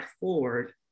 forward